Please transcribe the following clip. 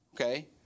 okay